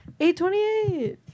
828